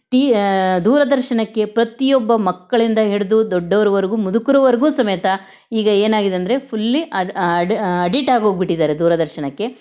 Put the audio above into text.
tea ದೂರದರ್ಶನಕ್ಕೆ ಪ್ರತಿಯೊಬ್ಬ ಮಕ್ಕಳಿಂದ ಹಿಡಿದು ದೊಡ್ಡೋರವರ್ಗೂ ಮುದುಕ್ರವರ್ಗೂ ಸಮೇತ ಈಗ ಏನಾಗಿದೆ ಅಂದರೆ ಫುಲ್ಲಿ ಅದು ಅಡ್ ಅಡಿಟಾಗಿ ಹೋಗ್ಬಿಟ್ಟಿದಾರೆ ದೂರದರ್ಶನಕ್ಕೆ